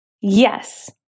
Yes